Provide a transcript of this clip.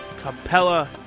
Capella